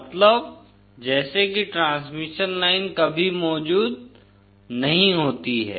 मतलब जैसे कि ट्रांसमिशन लाइन कभी मौजूद नहीं होती है